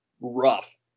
rough